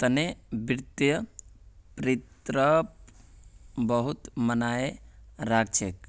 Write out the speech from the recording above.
तने वित्तीय प्रतिरूप बहुत मायने राख छेक